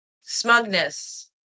smugness